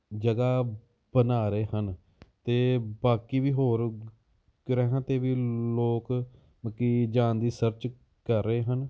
ਜਗ੍ਹਾ ਬਣਾ ਰਹੇ ਹਨ ਅਤੇ ਬਾਕੀ ਵੀ ਹੋਰ ਗ੍ਰਹਿਆਂ 'ਤੇ ਵੀ ਲੋਕ ਮਤਲਬ ਕਿ ਜਾਣ ਦੀ ਸਰਚ ਕਰ ਰਹੇ ਹਨ